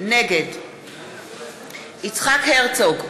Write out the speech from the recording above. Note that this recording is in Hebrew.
נגד יצחק הרצוג,